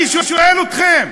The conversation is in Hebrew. אני שואל אתכם.